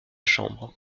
chambre